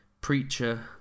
preacher